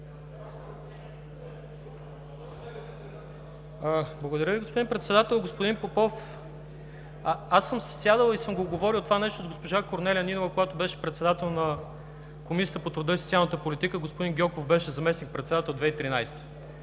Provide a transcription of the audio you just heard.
Благодаря Ви, господин Председател. Господин Попов, аз съм сядал и съм говорил това нещо с госпожа Корнелия Нинова, когато беше председател на Комисията по труда и социалната политика, а господин Гьоков беше заместник-председател 2013 г.